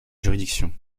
juridiction